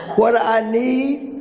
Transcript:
what i need,